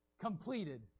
completed